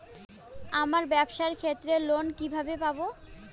আমার ব্যবসার ক্ষেত্রে লোন কিভাবে পাব?